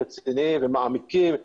רציניים ומעמיקים.